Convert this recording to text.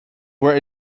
were